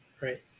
Right